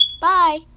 bye